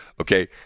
Okay